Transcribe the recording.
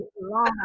long